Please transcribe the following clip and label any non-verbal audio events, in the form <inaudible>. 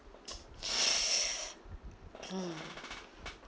<noise> mm